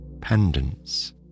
pendants